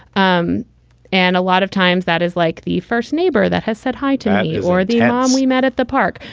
um and a lot of times that is like the first neighbor that has said hi to her or the one um we met at the park.